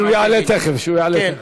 שהוא יעלה תכף, שהוא יעלה תכף.